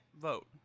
vote